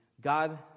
God